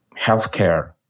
healthcare